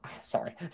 Sorry